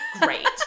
Great